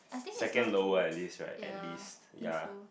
second lower at least right at least ya